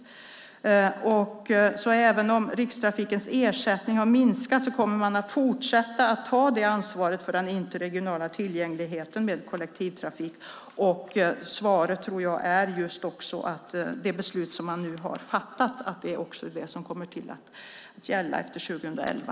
Även om Rikstrafikens ersättning har minskat kommer man att fortsätta att ta ansvaret för den interregionala tillgängligheten med kollektivtrafik. Det beslut som man nu har fattat är vad som kommer att gälla efter 2011.